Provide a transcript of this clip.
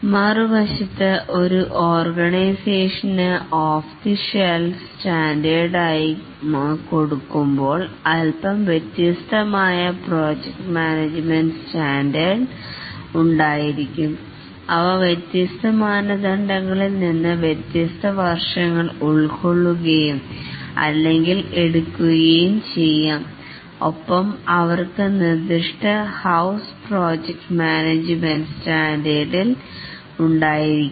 മറുവശത്ത് ഒരു ഓർഗനൈസേഷന് ഓഫ് ദി ഷെൽഫ് സ്റ്റാൻഡേർഡ് മായി കൊടുക്കുമ്പോൾ അല്പം വ്യത്യസ്തമായ പ്രോജക്ട് മാനേജ്മെൻറ് സ്റ്റാൻഡേർഡ് ഉണ്ടായിരിക്കാം അവ വ്യത്യസ്ത മാനദണ്ഡങ്ങളിൽ നിന്ന് വ്യത്യസ്ത വർഷങ്ങൾ ഉൾക്കൊള്ളുകയും അല്ലെങ്കിൽ എടുക്കുകയും ചെയ്യാം ഒപ്പം അവർക്ക് നിർദ്ദിഷ്ട ഹൌസ് പ്രോജക്ട് മാനേജ്മെൻറ് സ്റ്റാൻഡേർഡിൽ ഉണ്ടായിരിക്കാം